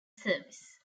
service